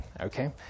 Okay